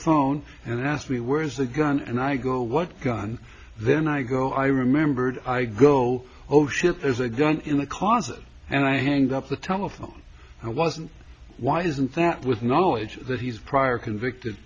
phone and asked me where is the gun and i go what gun then i go i remembered i go oh shit there's a gun in the closet and i hang up the telephone i wasn't why isn't that with knowledge that he's prior convicted